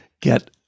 get